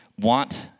want